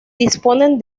disponen